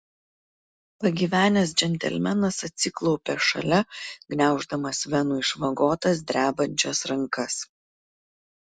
pagyvenęs džentelmenas atsiklaupė šalia gniauždamas venų išvagotas drebančias rankas